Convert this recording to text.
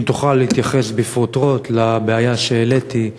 אם תוכל להתייחס בפרוטרוט לבעיה שהעליתי,